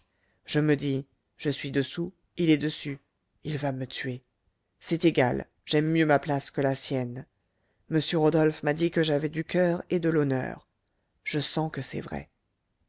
je me dis je suis dessous il est dessus il va me tuer c'est égal j'aime mieux ma place que la sienne m rodolphe m'a dit que j'avais du coeur et de l'honneur je sens que c'est vrai